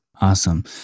Awesome